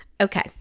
Okay